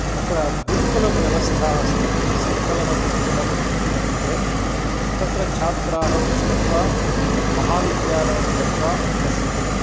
अत्र गुरुकुलव्यवस्था अस्ति सिद्धवनगुरुकुलम् इति वर्तते तत्र छात्राः उशित्वा महाविद्यालयं गत्वा अभ्यस्यन्ति